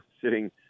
sitting